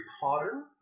Potter